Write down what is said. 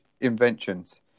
inventions